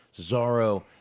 Cesaro